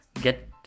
get